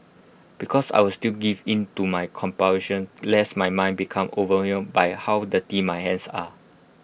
because I would still give in to my compulsions lest my mind becomes overwhelmed by how dirty my hands are